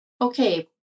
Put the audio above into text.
okay